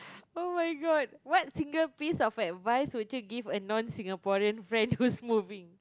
[oh]-my-god what single piece of advice would you give a non Singaporean friend who's moving